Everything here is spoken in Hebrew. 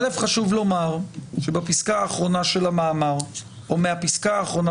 חשוב לומר שבפסקה האחרונה של המאמר או מהפסקה האחרונה